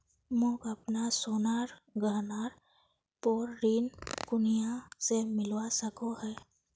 मोक अपना सोनार गहनार पोर ऋण कुनियाँ से मिलवा सको हो?